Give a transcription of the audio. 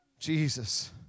Jesus